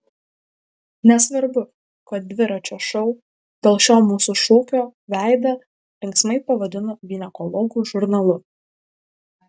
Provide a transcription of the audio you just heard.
nesvarbu kad dviračio šou dėl šio mūsų šūkio veidą linksmai pavadino ginekologų žurnalu